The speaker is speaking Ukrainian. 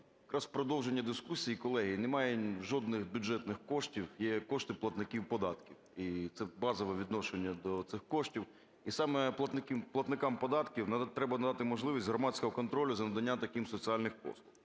продовження дискусії. Колеги, немає жодних бюджетних коштів, є кошти платників податків. І це базове відношення до цих коштів. І саме платникам податків треба надати можливість громадського контролю за наданням таких соціальних послуг.